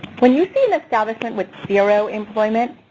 when you see an establishment with zero employment,